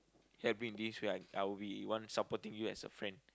help you in this where I'll be one supporting you as a friend